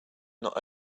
not